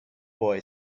boy